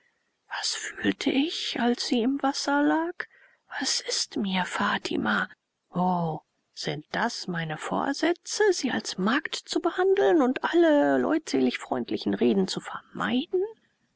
was fühlte ich als sie im wasser lag was ist mir fatima o sind das meine vorsätze sie als magd zu behandeln und alle leutselig freundlichen reden zu vermeiden